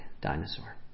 dinosaur